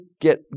get